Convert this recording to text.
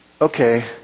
okay